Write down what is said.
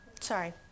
sorry